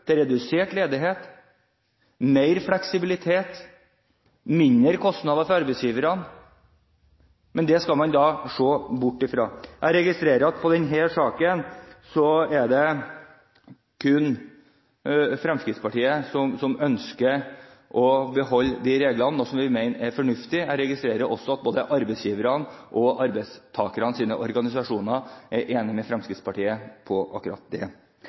førte til redusert ledighet, mer fleksibilitet og mindre kostnader for arbeidsgiverne? Det skal man da se bort fra. Jeg registrerer i denne saken at det kun er Fremskrittspartiet som ønsker å beholde disse reglene, noe vi mener er fornuftig. Jeg registrerer også at både arbeidsgivernes og arbeidstakernes organisasjoner er enig med Fremskrittspartiet i akkurat det.